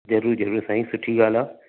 ज़रूरु ज़रूरु साईं सुठी ॻाल्हि आहे